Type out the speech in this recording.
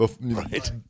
Right